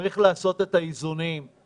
צריך לעשות את האיזונים.